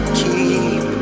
keep